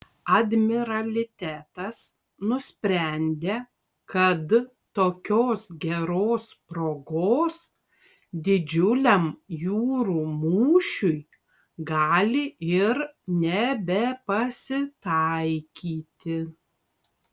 admiralitetas nusprendė kad tokios geros progos didžiuliam jūrų mūšiui gali ir nebepasitaikyti